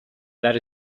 that